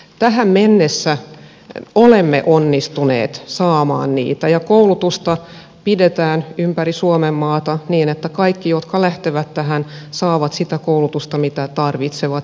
tähän mennessä olemme onnistuneet saamaan heitä ja koulutusta pidetään ympäri suomenmaata niin että kaikki jotka lähtevät tähän saavat sitä koulutusta mitä tarvitsevat